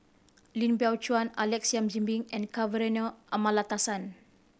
Lim Biow Chuan Alex Yam Ziming and Kavignareru Amallathasan